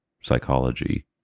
psychology